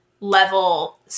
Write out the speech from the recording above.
level